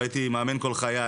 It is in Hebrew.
אבל הייתי מאמן כל חיי,